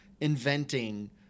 inventing